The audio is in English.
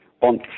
on